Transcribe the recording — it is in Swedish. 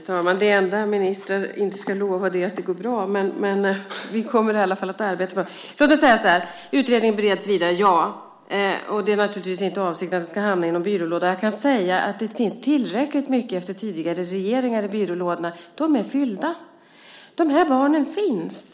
Herr talman! Det enda ministrar inte ska lova är att det går bra, men vi kommer i alla fall att arbeta för det. Låt oss säga så här: Ja, utredningen bereds vidare. Det är naturligtvis inte avsikten att den ska hamna i någon byrålåda. Det finns tillräckligt mycket i byrålådorna efter tidigare regeringar. De är fyllda! De här barnen finns.